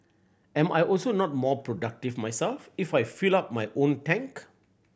am I also not more productive myself if I filled up my own tank